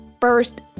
first